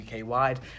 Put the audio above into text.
UK-wide